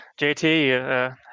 JT